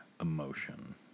emotion